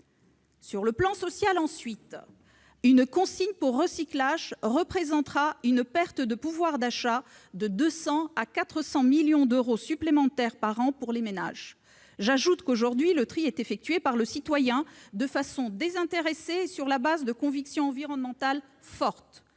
Sur le plan social ensuite, une consigne pour recyclage représentera une perte de pouvoir d'achat de 200 à 400 millions d'euros supplémentaires par an pour les ménages. J'ajoute qu'aujourd'hui le tri est effectué par le citoyen de façon désintéressée et sur la base de convictions environnementales fortes.